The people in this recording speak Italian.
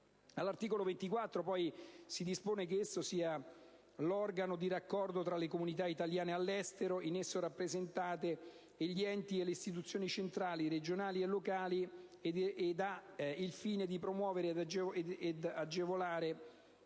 All'articolo 24 si dispone che esso sia "l'organo di raccordo tra le comunità italiane all'estero in esso rappresentate e gli enti e le istituzioni centrali, regionali e locali ed ha il fine di promuovere e agevolare